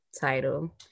title